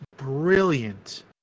brilliant